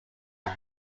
are